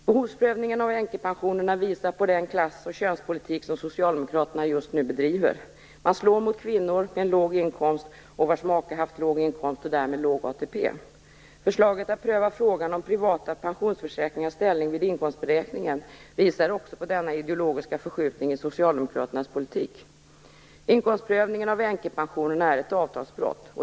Behovsprövningen av änkepensionerna visar på den klass och könspolitik som Socialdemokraterna just nu bedriver. Man slår mot kvinnor med låg inkomst och vars makar haft låg inkomst och därmed låg ATP. Förslaget att pröva frågan om privata pensionsförsäkringars ställning vid inkomstberäkningen visar också på denna ideologiska förskjutning i Socialdemokraternas politik. Inkomstprövningen av änkepensionen är ett avtalsbrott.